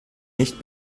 nicht